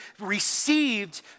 received